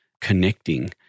connecting